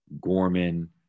Gorman